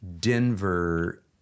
Denver